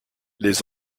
les